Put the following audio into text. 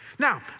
Now